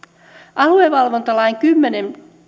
aluevalvontalain kymmenenteen